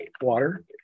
water